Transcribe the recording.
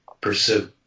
pursue